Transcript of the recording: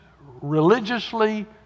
religiously